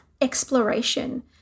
exploration